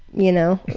you know,